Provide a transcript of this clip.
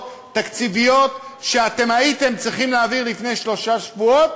תקציביות שאתם הייתם צריכים להעביר לפני שלושה שבועות,